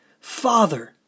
Father